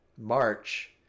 March